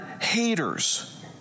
haters